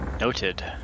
Noted